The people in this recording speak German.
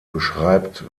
beschreibt